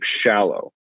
shallow